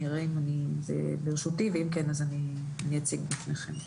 אני אבדוק אם זה כבר ברשותי ואם כן אז אני אציג אותו בפניכם.